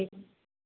ठीक छै